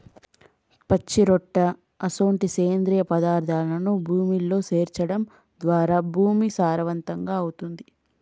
పచ్చిరొట్ట అసొంటి సేంద్రియ పదార్థాలను భూమిలో సేర్చడం ద్వారా భూమి సారవంతమవుతుంది